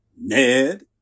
Ned